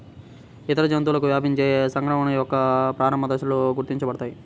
ఇతర జంతువులకు వ్యాపించే సంక్రమణ యొక్క ప్రారంభ దశలలో గుర్తించబడతాయి